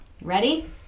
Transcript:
Ready